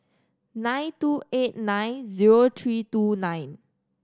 nine two eight nine zero three two nine